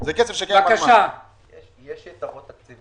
יש יתרות תקציב